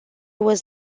was